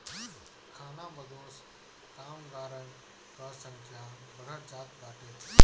खानाबदोश कामगारन कअ संख्या बढ़त जात बाटे